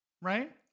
right